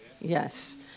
Yes